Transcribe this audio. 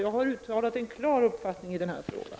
Jag har uttalat en klar uppfattning i den här frågan.